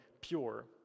pure